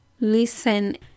listen